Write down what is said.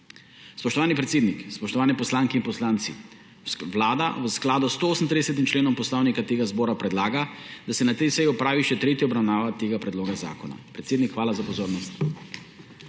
Spoštovani predsednik, spoštovani poslanke in poslanci! Vlada v skladu s 138. členom Poslovnika Državnega zbora predlaga, da se na tej seji opravi še tretja obravnava predloga zakona. Predsednik, hvala za pozornost.